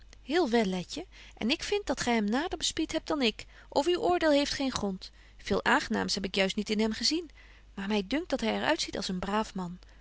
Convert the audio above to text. wel letje en ik vind dat gy hem nader bespiet hebt dan ik of uw oordeel heeft geen grond veel aangenaams heb ik juist niet in hem gezien maar my dunkt dat hy er uitziet als een braaf man